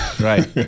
Right